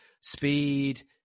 speed